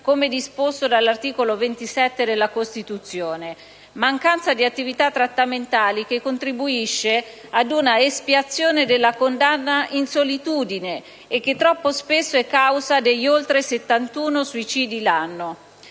come disposto dall'articolo 27 della Costituzione. La mancanza di attività trattamentali contribuisce infatti ad una espiazione della condanna in solitudine, che troppo spesso è causa degli oltre 71 suicidi l'anno.